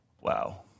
Wow